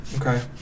Okay